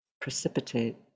precipitate